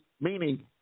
meaning